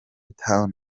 town